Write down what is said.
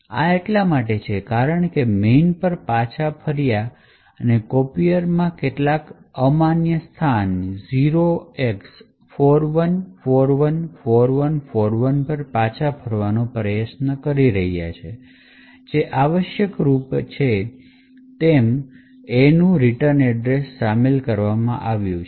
આ એટલા માટે છે કારણ કે main પર પાછા ફર્યા છે અને copier કેટલાક અમાન્ય સ્થાન 0x41414141 પર પાછા ફરવાનો પ્રયાસ કરી રહ્યો છે જે આવશ્યકરૂપે તે છે જે તમે A નું રિટર્ન એડ્રેસ શામેલ કર્યું છે